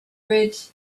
bridge